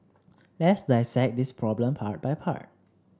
let's dissect this problem part by part